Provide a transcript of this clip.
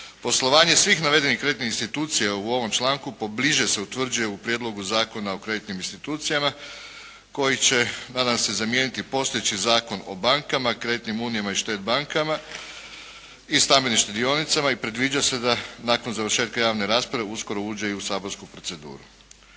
Poslovanje svih navedenih kreditnih institucija u ovom članku pobliže se utvrđuje u Prijedlogu zakona o kreditnim institucijama koji će nadam se, zamijeniti postojeći Zakon o bankama, kreditnim unijama i šted-bankama i stambenim štedionicama i predviđa se da nakon završetka javne rasprave uskoro uđe i u saborsku proceduru.